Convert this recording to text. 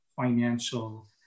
financial